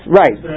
right